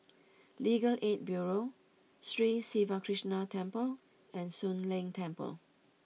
Legal Aid Bureau Sri Siva Krishna Temple and Soon Leng Temple